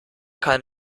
kann